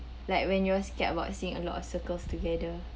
like when you're scared about seeing a lot of circles together